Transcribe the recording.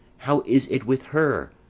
how is it with her?